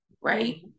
right